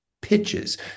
pitches